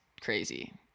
crazy